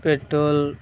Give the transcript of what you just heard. petrol